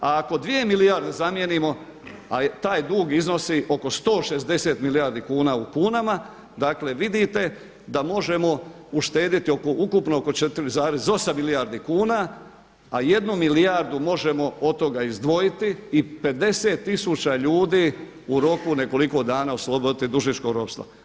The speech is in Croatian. A ako dvije milijarde zamijenimo a taj dug iznosi oko 160 milijardi kuna u kunama dakle vidite da možemo uštedjeti oko ukupno oko 4,8 milijardi kuna a 1 milijardu možemo od toga izdvojiti i 50 tisuća ljudi u roku nekoliko dana osloboditi dužničkog ropstva.